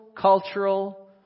cultural